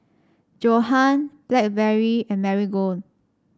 Johan Blackberry and Marigold